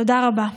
תודה רבה.